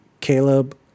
Caleb